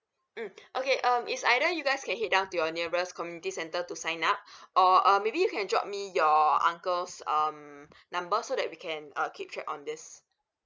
mm okay um it's either you guys can head down to your nearest community centre to sign up or um maybe you can drop me your uncle's um number so that we can uh keep track on this